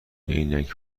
عینک